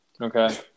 Okay